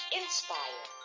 inspire